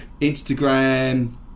Instagram